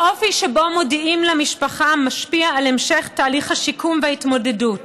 האופי שבו מודיעים למשפחה משפיע על המשך תהליך השיקום וההתמודדות.